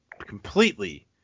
completely